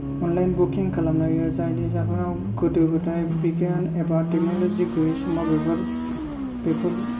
online booking खालामनो हायो जायनि जाहोनाव गोदो गोदाय बिगियान एबा टेकन'लजि गैयि समाव बेफोर बेफोर